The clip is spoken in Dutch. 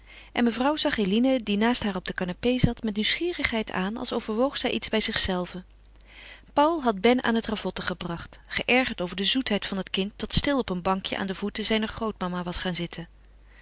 en mevrouw zag eline die naast haar op de canapé zat met nieuwsgierigheid aan als overwoog zij iets bij zichzelve paul had ben aan het ravotten gebracht geërgerd over de zoetheid van het kind dat stil op een bankje aan de voeten zijner grootmama was gaan zitten